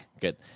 good